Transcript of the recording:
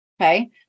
okay